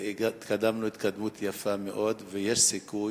התקדמנו התקדמות יפה מאוד, ויש סיכוי,